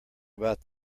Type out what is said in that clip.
about